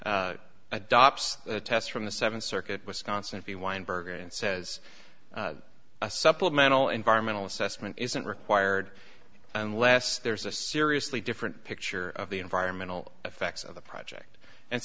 that adopts a test from the seventh circuit wisconsin to be weinberger and says a supplemental environmental assessment isn't required unless there's a seriously different picture of the environmental effects of the project and